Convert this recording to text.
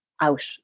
out